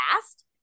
fast